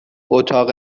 اتاق